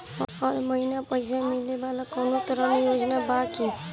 हर महीना पइसा मिले वाला कवनो ऋण योजना बा की?